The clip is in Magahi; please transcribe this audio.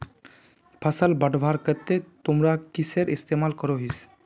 फसल बढ़वार केते तुमरा किसेर इस्तेमाल करोहिस?